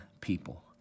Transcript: people